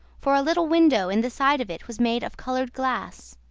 for a little window in the side of it was made of coloured glass.